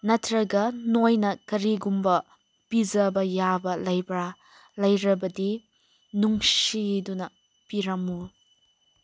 ꯅꯠꯇ꯭ꯔꯒ ꯅꯣꯏꯅ ꯀꯔꯤꯒꯨꯝꯕ ꯄꯤꯖꯕ ꯌꯥꯕ ꯂꯩꯕ꯭ꯔꯥ ꯂꯩꯔꯕꯗꯤ ꯅꯨꯡꯁꯤꯗꯨꯅ ꯄꯤꯔꯝꯃꯨ